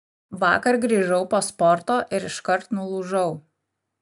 vakar grįžau po sporto ir iškart nulūžau